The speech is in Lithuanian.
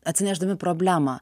atsinešdami problemą